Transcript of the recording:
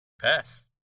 Pass